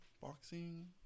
boxing